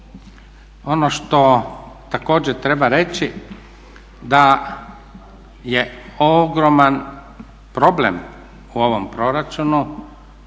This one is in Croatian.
ono što također treba reći da je ogroman problem u ovom proračunu